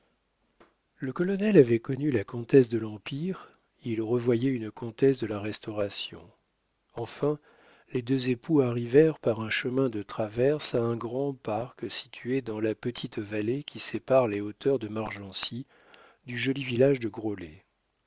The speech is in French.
le colonel avait connu la comtesse de l'empire il revoyait une comtesse de la restauration enfin les deux époux arrivèrent par un chemin de traverse à un grand parc situé dans la petite vallée qui sépare les hauteurs de margency du joli village de groslay